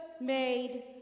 made